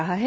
रहा है